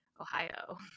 Ohio